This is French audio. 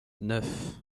neuf